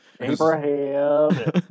Abraham